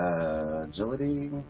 Agility